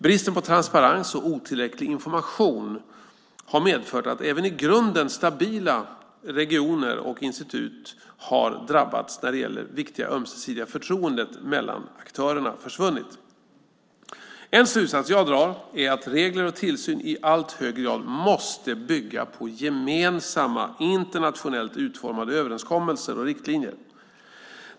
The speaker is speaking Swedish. Bristen på transparens och otillräcklig information har medfört att även i grunden stabila regioner och institut har drabbats när det viktiga ömsesidiga förtroendet mellan aktörerna försvunnit. En slutsats jag drar är att regler och tillsyn i allt högre grad måste bygga på gemensamma, internationellt utformade överenskommelser och riktlinjer.